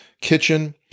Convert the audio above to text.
kitchen